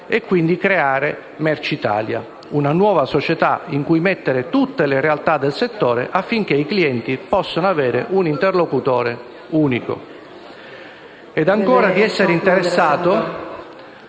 di Trenitalia in Mercitalia, una nuova società in cui mettere tutte le realtà del settore, affinché i clienti possano avere un interlocutore unico;